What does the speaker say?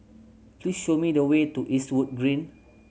please show me the way to Eastwood Green